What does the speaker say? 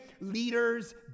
leaders